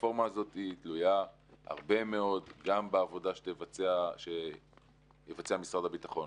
הרפורמה הזאת תלויה הרבה מאוד גם בעבודה שיבצע משרד הביטחון,